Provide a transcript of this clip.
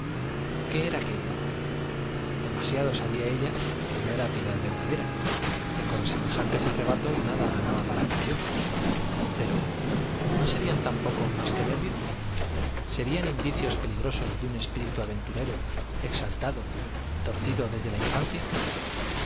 qué era aquello demasiado sabía ella que no era piedad verdadera que con semejantes arrebatos nada ganaba para con dios pero no serían tampoco más que nervios serían indicios peligrosos de un espíritu aventurero exaltado torcido desde la infancia